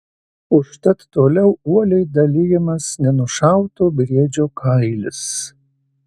užtat toliau uoliai dalijamas nenušauto briedžio kailis